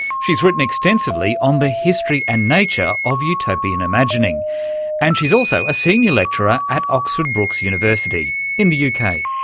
she's written extensively on the history and nature of utopian imagining and she's also a senior lecturer at oxford brookes university in the uk. kind of